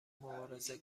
مبارزه